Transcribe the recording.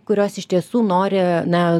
kurios iš tiesų nori na